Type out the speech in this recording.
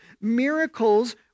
miracles